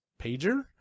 pager